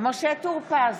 משה טור פז,